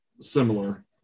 similar